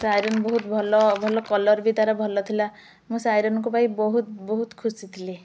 ସେ ଆଇରନ୍ ବହୁତ ଭଲ ଭଲ କଲର୍ ବି ତା'ର ଭଲ ଥିଲା ମୁଁ ସେ ଆଇରନ୍କୁ ପାଇଁ ବହୁତ ବହୁତ ଖୁସି ଥିଲି